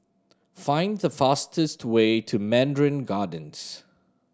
find the fastest way to Mandarin Gardens